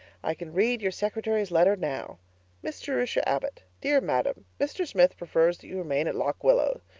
i can read your secretary's letter now miss jerusha abbott. dear madam, mr. smith prefers that you remain at lock willow.